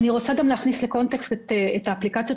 אני רוצה להכניס לקונטקסט את האפליקציות